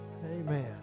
Amen